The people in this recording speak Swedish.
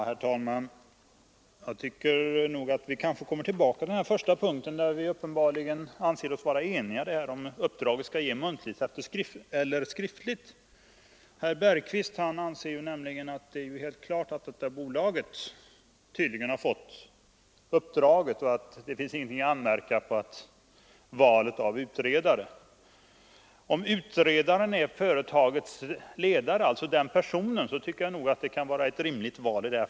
Herr talman! Vi kanske kommer tillbaka till den första punkten, där vi uppenbarligen är eniga om att uppdraget skall ges skriftligt. Herr Bergqvist anser att det är klart att bolaget har fått uppdraget och att det inte finns något att anmärka på valet av utredare. Om utredaren är företagets ledare tycker jag nog att det kan vara ett rimligt val.